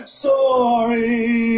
sorry